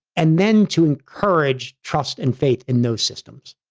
and then, to encourage trust and faith in those systems.